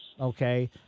Okay